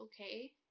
okay